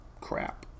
crap